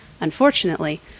Unfortunately